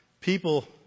people